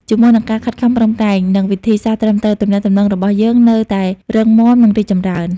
ជាមួយនឹងការខិតខំប្រឹងប្រែង និងវិធីសាស្រ្តត្រឹមត្រូវ ទំនាក់ទំនងរបស់យើងនឹងនៅតែរឹងមាំ និងរីកចម្រើន។